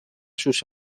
sus